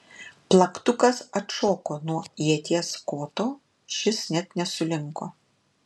plaktukas atšoko nuo ieties koto šis net nesulinko